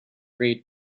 great